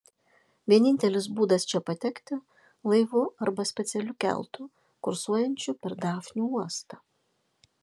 vienintelis būdas čia patekti laivu arba specialiu keltu kursuojančiu per dafnių uostą